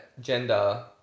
gender